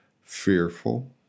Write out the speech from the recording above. fearful